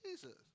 Jesus